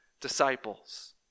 disciples